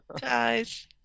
guys